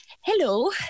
hello